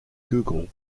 google